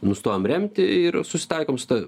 nustojam remti ir susitaikom su ta